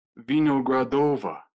Vinogradova